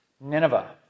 Nineveh